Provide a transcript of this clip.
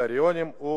הקריטריונים הם